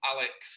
Alex